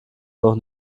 noch